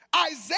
Isaiah